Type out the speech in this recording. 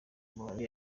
buhari